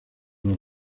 los